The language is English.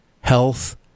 health